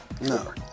No